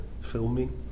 filming